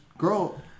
Girl